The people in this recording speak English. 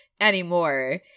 anymore